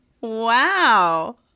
Wow